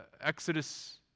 Exodus